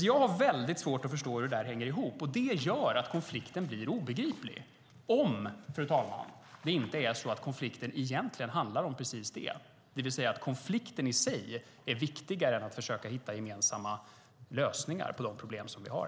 Jag har väldigt svårt att förstå hur det hänger ihop. Det gör att konflikten blir obegriplig om det inte är så, fru talman, att konflikten handlar om precis detta, det vill säga att konflikten i sig är viktigare än att försöka hitta gemensamma lösningar på de problem som vi har.